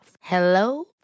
Hello